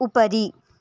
उपरि